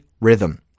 rhythm